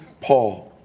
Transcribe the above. Paul